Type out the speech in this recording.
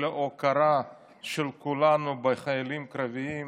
להוקרה של כולנו לחיילים קרביים